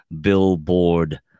Billboard